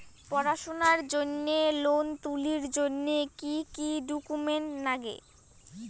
পড়াশুনার জন্যে লোন তুলির জন্যে কি কি ডকুমেন্টস নাগে?